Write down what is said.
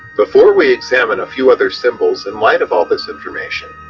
before we examine a few other symbols in light of all this information,